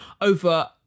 over